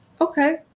Okay